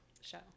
show